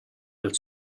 del